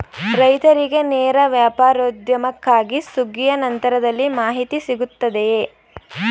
ರೈತರಿಗೆ ನೇರ ವ್ಯಾಪಾರೋದ್ಯಮಕ್ಕಾಗಿ ಸುಗ್ಗಿಯ ನಂತರದಲ್ಲಿ ಮಾಹಿತಿ ಸಿಗುತ್ತದೆಯೇ?